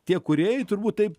tie kūrėjai turbūt taip